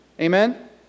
Amen